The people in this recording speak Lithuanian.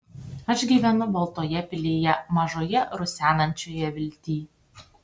aš gyvenu baltoje pilyje mažoje rusenančioje viltyj